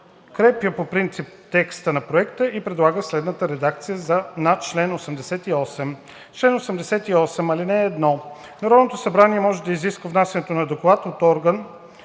подкрепя по принцип текста на Проекта и предлага следната редакция на чл. 88: „Чл. 88. (1) Народното събрание може да изисква внасянето на доклад от орган